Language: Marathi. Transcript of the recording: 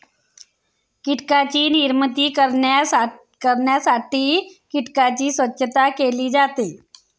कीटकांची निर्मिती करण्यासाठी कीटकांची स्वच्छता केली जाते